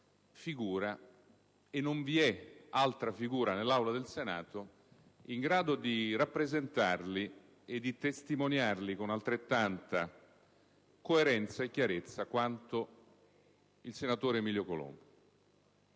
- e non vi è - altra figura in grado di rappresentarli e di testimoniarli con altrettanta coerenza e chiarezza quanto il senatore Emilio Colombo.